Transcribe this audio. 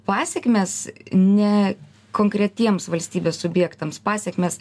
pasekmės ne konkretiems valstybės subjektams pasekmės